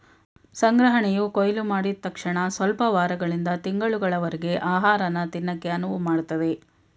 ಸಂಗ್ರಹಣೆಯು ಕೊಯ್ಲುಮಾಡಿದ್ ತಕ್ಷಣಸ್ವಲ್ಪ ವಾರಗಳಿಂದ ತಿಂಗಳುಗಳವರರ್ಗೆ ಆಹಾರನ ತಿನ್ನಕೆ ಅನುವುಮಾಡ್ತದೆ